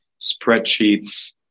spreadsheets